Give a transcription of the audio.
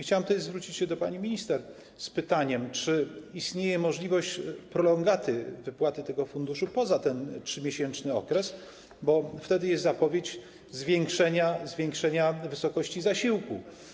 Chciałem zwrócić się do pani minister z pytaniem, czy istnieje możliwość prolongaty wypłaty z tego funduszu poza ten 3-miesięczny okres, bo wtedy jest zapowiedź zwiększenia wysokości zasiłku.